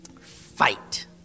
fight